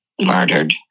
murdered